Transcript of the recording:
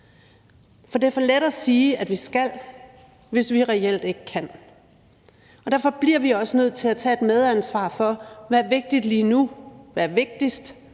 For det er for let at sige, at vi skal, hvis vi reelt ikke kan. Derfor bliver vi også nødt til at tage et medansvar for, hvad der er vigtigt lige nu, hvad der er vigtigst